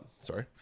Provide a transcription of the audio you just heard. Sorry